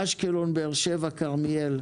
אשקלון, באר שבע, כרמיאל,